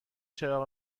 چراغ